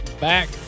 back